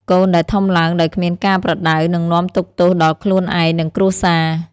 កូនដែលធំឡើងដោយគ្មានការប្រដៅ នឹងនាំទុក្ខទោសដល់ខ្លួនឯង និងគ្រួសារ។